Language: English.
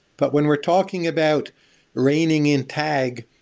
but when we're talking about raining in tag,